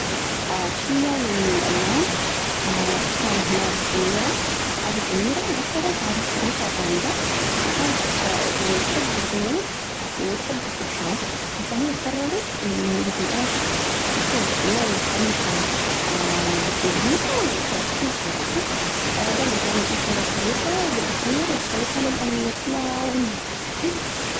بشيء يوم من الأيام، كان هناك أميرة، هذه الأميرة عثرت على خريطة غامضة، وكانت يعني تحب الغموض وتحب الإستكشاف، فهي قررت إنه يعني إيش تشوف وين الخريطة بتوديها وخلاص بتمشي وراها، ضلت يعني تمشي ورا الخريطة، وبالآخير وصلتها للأمير، واو!